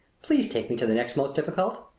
please take me to the next most difficult.